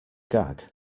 gag